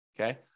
Okay